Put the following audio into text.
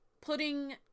putting